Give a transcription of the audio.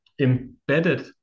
embedded